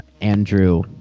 Andrew